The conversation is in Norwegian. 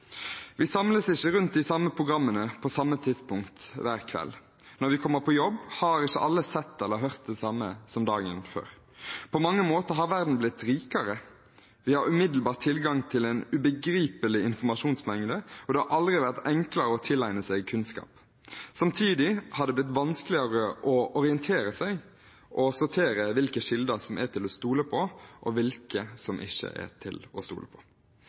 Vi samles ikke rundt de samme programmene på samme tidspunkt hver kveld. Når vi kommer på jobb, har ikke alle sett eller hørt det samme dagen før. På mange måter har verden blitt rikere. Vi har umiddelbar tilgang til en ubegripelig informasjonsmengde, og det har aldri vært enklere å tilegne seg kunnskap. Samtidig har det blitt vanskeligere å orientere seg og sortere hvilke kilder som er til å stole på, og hvilke som ikke er til å stole på.